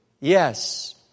Yes